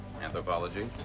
Anthropology